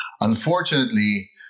Unfortunately